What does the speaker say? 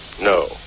No